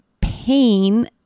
pain